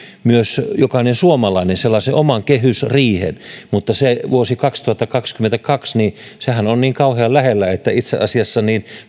jokainen suomalainen myös sellaisen oman kehysriihen mutta se vuosi kaksituhattakaksikymmentäkaksi sehän on niin kauhean lähellä että itse asiassa